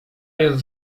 jest